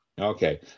Okay